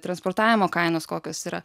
transportavimo kainos kokios yra